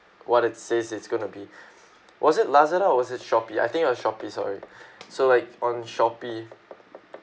what it says it's gonna be was it Lazada or was it Shopee I think it was Shopee sorry so like on Shopee